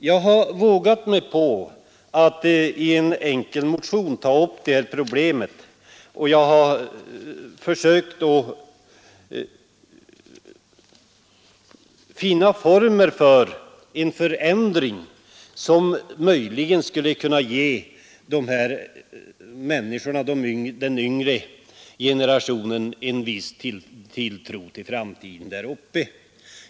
Jag har vågat mig på att i en enkel motion ta upp det problemet och försökt finna former för en förändring som möjligen skulle kunna ge den yngre generationen en viss tilltro till framtiden där uppe.